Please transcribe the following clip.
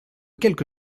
quelque